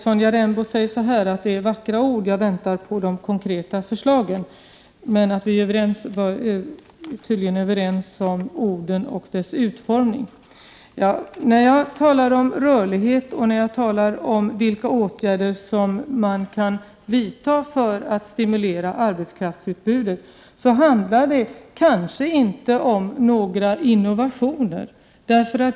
Sonja Rembo säger: Det är vackra ord — jag väntar på de konkreta förslagen. Men vi var tydligen överens om orden. När jag talar om rörlighet och om vilka åtgärder som man kan vidta för att stimulera arbetskraftsutbudet, handlar det kanske inte om några innovationer.